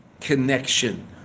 connection